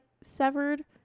severed